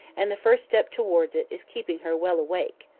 and the first step towards it is keeping her well awake.